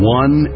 one